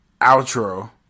outro